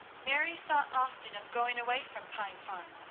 mary thought often of going away from pine farm,